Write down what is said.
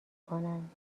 کنند